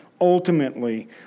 ultimately